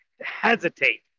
hesitate